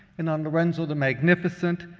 and on lorenzo the magnificent,